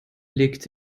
legt